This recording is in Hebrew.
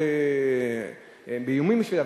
ואיומים בשביתה,